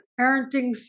parenting